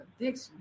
addiction